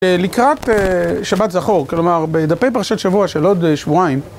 לקראת שבת זכור, כלומר בדפי פרשת שבוע של עוד שבועיים